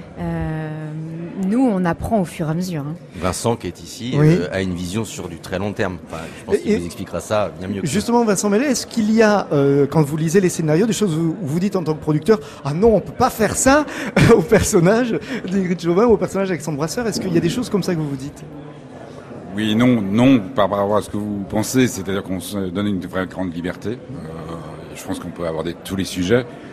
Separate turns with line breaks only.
Euh, nous, on apprend au fur et à mesure, hein.
Vincent, qui est ici,
Oui.
euh, a une vision sur du très long terme. Enfin, je pense
Et-
qu'il vous
et-
expliquera ça bien mieux que nous.
Justement, Vincent Meslet, est-ce qu'il y a, euh, quand vous lisez les scénarios, des choses où vous- vous dites en tant que producteur, « Ah non, on peut pas faire ça au personnage d'Ingrid Chauvin ou au personnage d'Alexandre Brasseur », est-ce qu'il y a des choses comme ça que vous vous dites ?
Oui, non, non, par rapport à ce que vous pensez, c'est-à-dire qu'on se donne une vraie grande liberté, euh, je pense qu'on peut aborder tous les sujets.